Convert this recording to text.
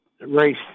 race